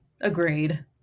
Agreed